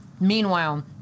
meanwhile